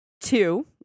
two